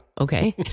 okay